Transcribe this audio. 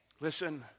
Listen